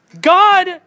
God